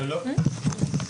שלום,